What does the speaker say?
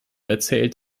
erzählt